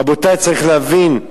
רבותי, צריך להבין.